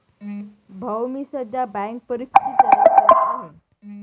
भाऊ मी सध्या बँक परीक्षेची तयारी करत आहे